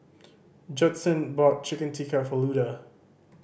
Judson bought Chicken Tikka for Luda